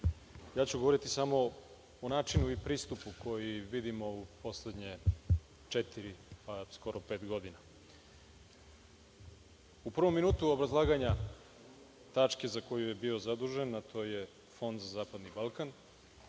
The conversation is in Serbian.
ja ću govoriti samo o načinu i pristupu koji vidimo u poslednje četiri, pa skoro pet godina.U prvom minutu obrazlaganja tačke za koju je bio zadužen, a to je Fond za zapadni Balkan,